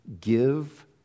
Give